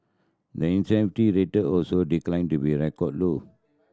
the rate also declined to be a record low